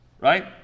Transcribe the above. Right